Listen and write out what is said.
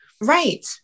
Right